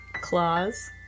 claws